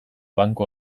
banku